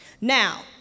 Now